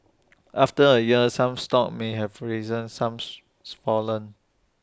after A year some stocks may have risen some fallen